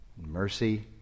mercy